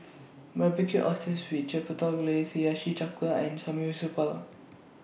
Barbecued Oysters with Chipotle Glaze Hiyashi Chuka and